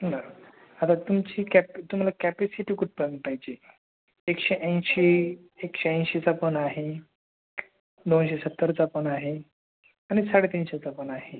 बरं आता तुमची कॅपॅ तुम्हाला कॅपॅसिटी कुठपर्यंत पाहिजे एकशेऐंशी एकशेऐंशीचा पण आहे दोनशे सत्तरचा पण आहे आणि साडे तीनशेचा पण आहे